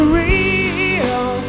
real